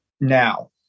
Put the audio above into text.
Now